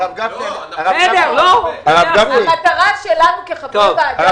הרב גפני --- המטרה שלנו כחברי ועדה